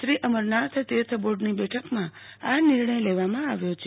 શ્રી અમરનાથ તીર્થ બોર્ડની બેઠકમાં આ નિર્ણય લેવામાં આવ્યો છે